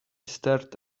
stared